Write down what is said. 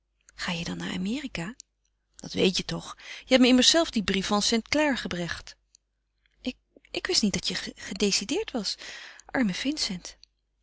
ga ga je dan naar amerika dat weet je toch je hebt me immers zelf den brief van st clare gebracht ik ik wist niet dat je gedecideerd was arme vincent